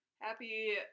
happy